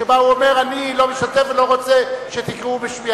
שבה הוא אומר: אני לא משתתף ולא רוצה שתקראו בשמי.